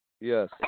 Yes